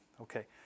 okay